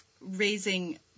raising